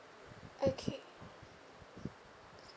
okay